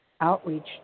outreach